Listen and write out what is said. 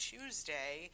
Tuesday